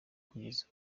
kugeza